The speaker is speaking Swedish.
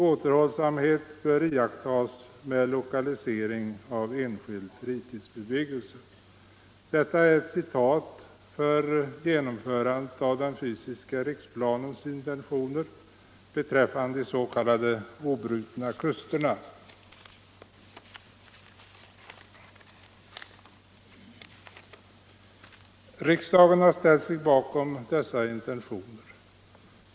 Återhållsamhet bör iakttas med lokalisering av enskild fritidsbebyggelse.” Detta är ett citat som gäller genomförandet av den fysiska riksplanens intentioner beträffande de s.k. obrutna kusterna. Riksdagen har ställt sig bakom dessa intentioner.